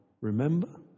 Remember